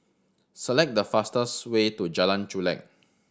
select the fastest way to Jalan Chulek